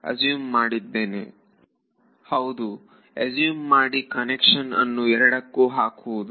ವಿದ್ಯಾರ್ಥಿ ಹೌದುಅಸುಮ್ ಮಾಡಿ ಕನ್ವೆನ್ಷನ್ ಅನ್ನು ಎರಡಕ್ಕೂ ಹಾಕುವುದು